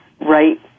right